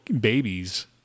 babies